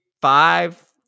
five